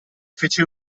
fece